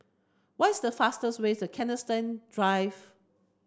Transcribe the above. why's the fastest way to Kensington Drive